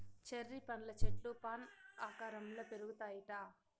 cherry పండ్ల చెట్లు fan ఆకారంల పెరుగుతాయిట